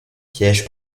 piège